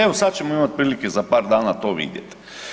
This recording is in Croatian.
Evo, sad ćemo imat prilike za par dana to vidjet.